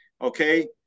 okay